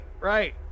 right